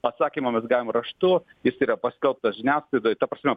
atsakymą mes gavom raštu ir tai yra paskelbta žiniasklaidoj ta prasme